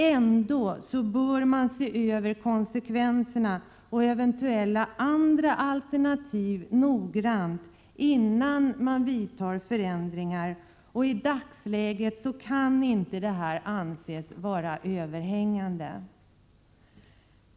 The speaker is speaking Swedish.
Ändå bör man beakta konsekvenserna och eventuella andra alternativ noggrant innan man vidtar förändringar. I dagsläget kan inte detta anses överhängande.